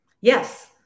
yes